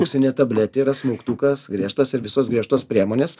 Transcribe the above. auksinė tabletė yra smauktukas griežtos ir visos griežtos priemonės